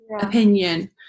opinion